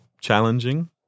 challenging